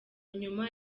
nyuma